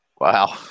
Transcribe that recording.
Wow